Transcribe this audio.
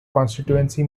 constituency